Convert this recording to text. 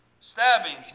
stabbings